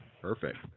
perfect